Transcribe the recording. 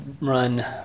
run